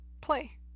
play